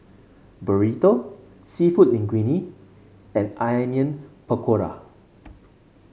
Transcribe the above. Burrito seafood Linguine and Onion Pakora